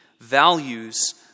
values